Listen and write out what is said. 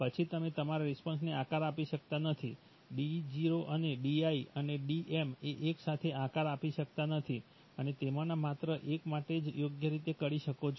પછી તમે તમારા રિસ્પોન્સને આકાર આપી શકતા નથી D0 અને Di અને Dm ને એક સાથે આકાર આપી શકતા નથી તમે તેમાંના માત્ર એક માટે જ યોગ્ય રીતે કરી શકો છો